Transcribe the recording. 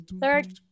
third